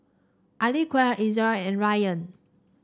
Aqilah Zikri and Ryan